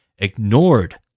ignored